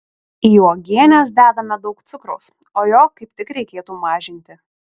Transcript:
į uogienes dedame daug cukraus o jo kaip tik reikėtų mažinti